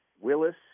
Willis